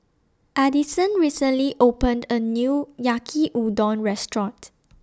Adison recently opened A New Yaki Udon Restaurant